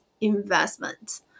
investment